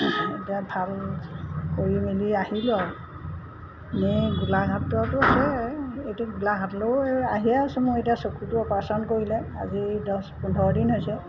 এতিয়া ভাল কৰি মেলি আহিলোঁ আৰু এনেই গোলাঘাটত আছে এইটো গোলাঘাটলৈও আহিয়ে আছো মই এতিয়া চকুটো অপাৰশ্যন কৰিলে আজি দহ পোন্ধৰ দিন হৈছে